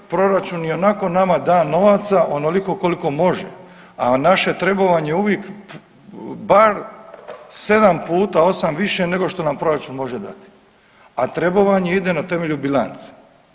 Proračun ionako nama da novaca onoliko koliko može, a naše je trebovanje uvik bar 7 puta 8 više nego što nam proračun može dati, a trebovanje ide na temelju bilance.